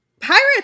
Pirates